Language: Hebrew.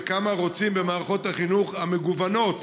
וכמה רוצים במערכות החינוך המגוונות,